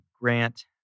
grant